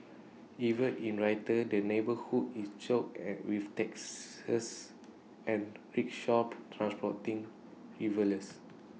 even in winter the neighbourhood is choked IT with taxes and rickshaws transporting revellers